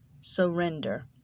surrender